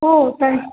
ओ तद्